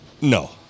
No